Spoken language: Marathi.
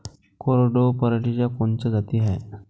कोरडवाहू पराटीच्या कोनच्या जाती हाये?